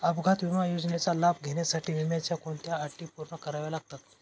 अपघात विमा योजनेचा लाभ घेण्यासाठी विम्याच्या कोणत्या अटी पूर्ण कराव्या लागतात?